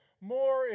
more